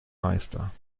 meister